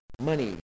Money